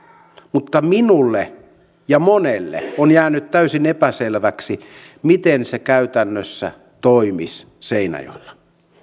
mutta minulle ja monelle on jäänyt täysin epäselväksi miten se käytännössä toimisi seinäjoella